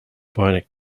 bionic